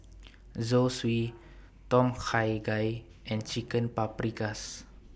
Zosui Tom Kha Gai and Chicken Paprikas